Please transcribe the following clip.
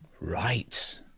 Right